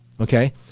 okay